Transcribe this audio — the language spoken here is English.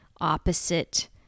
opposite